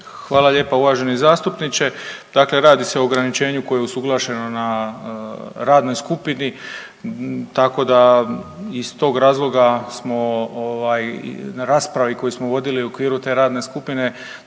Hvala lijepa uvaženi zastupniče. Dakle, radi se o ograničenju koje je usuglašeno na radnoj skupini, tako da iz tog razloga smo ovaj na raspravi koju smo vodili u okviru te radne skupine